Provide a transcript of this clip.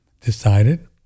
decided